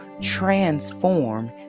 transform